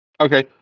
Okay